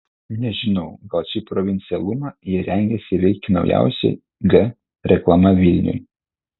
nežinau gal šį provincialumą jie rengiasi įveikti naujausia g reklama vilniui